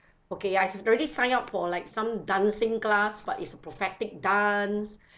okay I've already sign up for like some dancing class but it's prophylactic dance